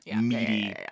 meaty